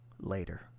later